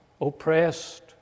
oppressed